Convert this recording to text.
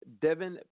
Devin